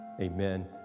Amen